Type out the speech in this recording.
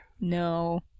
no